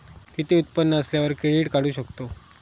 किती उत्पन्न असल्यावर क्रेडीट काढू शकतव?